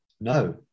No